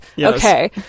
Okay